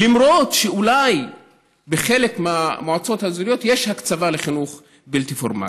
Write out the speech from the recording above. למרות שאולי בחלק מהמועצות האזוריות יש הקצבה לחינוך בלתי פורמלי.